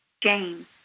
James